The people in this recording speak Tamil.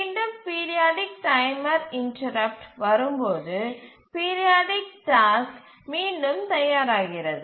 மீண்டும் பீரியாடிக் டைமர் இன்டரப்ட்டு வரும்போது பீரியாடிக் டாஸ்க் மீண்டும் தயாராகிறது